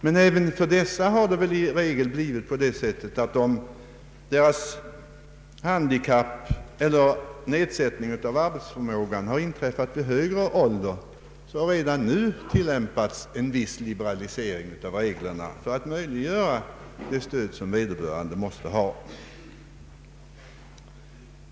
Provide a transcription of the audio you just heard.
Men även för dessa har det i regel blivit på det sättet att nedsättningen av arbetsförmågan inträtt vid högre ålder. Redan nu tillämpas en viss liberalisering av reglerna för att möjliggöra det stöd som vederbörande måste ha.